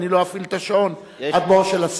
אני לא אפעיל את השעון עד בואו של השר.